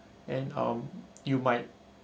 and um you might